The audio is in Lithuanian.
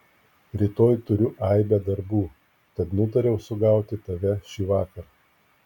rytoj turiu aibę darbų tad nutariau sugauti tave šįvakar